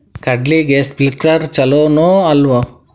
ಕಡ್ಲಿಗೆ ಸ್ಪ್ರಿಂಕ್ಲರ್ ಛಲೋನೋ ಅಲ್ವೋ?